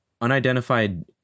unidentified